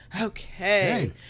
okay